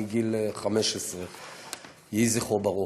מגיל 15. יהי זכרו ברוך.